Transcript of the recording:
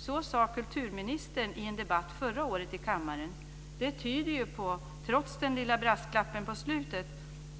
Så sade kulturministern i en debatt förra året i kammaren. Det tyder ju på, trots den lilla brasklappen på slutet,